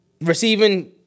receiving